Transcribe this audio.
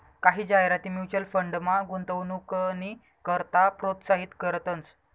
कायी जाहिराती म्युच्युअल फंडमा गुंतवणूकनी करता प्रोत्साहित करतंस